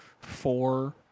four